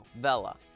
Vela